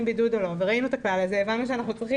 בידוד או לא וראינו את הקהל הזה והבנו שאנחנו צריכים